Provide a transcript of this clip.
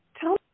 tell